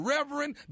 Reverend